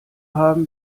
haben